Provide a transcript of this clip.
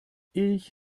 ich